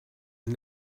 and